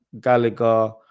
Gallagher